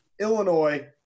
Illinois